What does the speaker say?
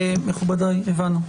מכובדיי, הבנו.